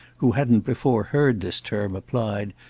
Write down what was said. who hadn't before heard this term applied,